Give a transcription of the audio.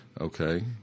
okay